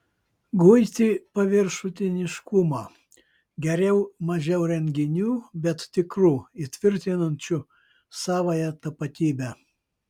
guiti paviršutiniškumą geriau mažiau renginių bet tikrų įtvirtinančių savąją tapatybę